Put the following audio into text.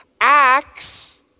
acts